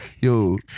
yo